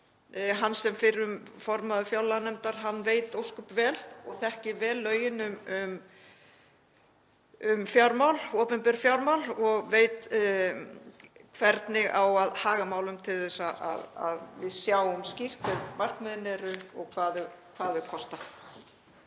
Hann, sem fyrrum formaður fjárlaganefndar, veit ósköp vel og þekkir vel lögin um opinber fjármál og veit hvernig á að haga málum til þess að við sjáum skýrt hver markmiðin eru og hvað þau kosta.